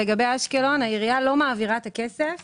לגבי אשקלון העירייה לא מעבירה את הכסף